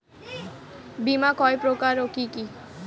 বীমা কয় প্রকার কি কি?